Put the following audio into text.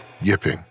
yipping